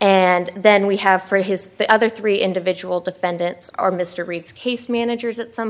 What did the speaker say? and then we have for his the other three individual defendants are mr reed's case managers at some